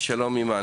נציגת אגף